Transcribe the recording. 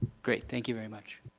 great, thank you very much.